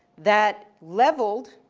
that leveled